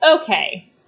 okay